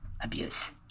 abuse